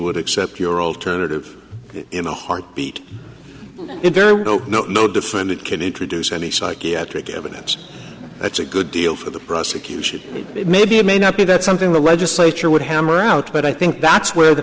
would accept your alternative in a heartbeat if there were no no no defendant can introduce any psychiatric evidence that's a good deal for the prosecution maybe it may not be that something the legislature would hammer out but i think that's where the